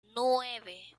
nueve